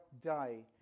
die